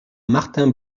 martin